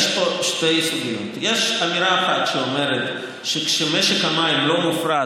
יש פה שתי סוגיות: יש אמירה אחת שאומרת שכשמשק המים לא מופרט